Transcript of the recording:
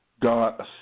God